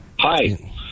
Hi